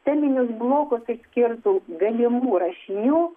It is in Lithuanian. teminius blokus išskirtų galimų rašinių